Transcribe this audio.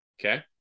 Okay